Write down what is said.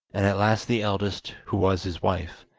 and at last the eldest, who was his wife,